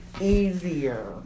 easier